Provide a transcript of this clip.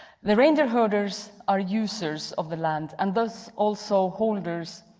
the reindeer herders are users of the land and thus also holders,